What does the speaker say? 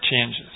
changes